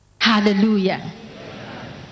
hallelujah